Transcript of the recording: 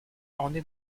orné